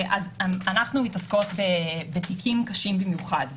אנחנו מתעסקות בתיקים קשים במיוחד.